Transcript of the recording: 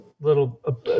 Little